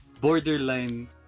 borderline